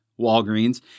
Walgreens